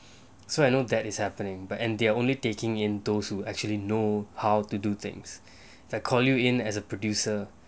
so I know that is happening and they are only taking in those who actually know how to do things they call you in as a producer